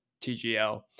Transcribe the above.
TGL